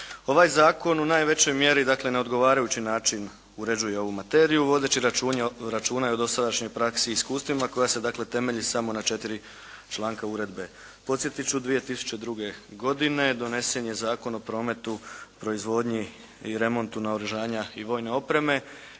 Ovaj zakon u najvećoj mjeri, dakle na odgovarajući način uređuje ovu materiju vodeći računa i o dosadašnjoj praksi i iskustvima koja se dakle temelji samo na četiri članka uredbe. Podsjetit ću 2002. godine donesen je Zakon o prometu, proizvodnji i remontu naoružanja i vojne opreme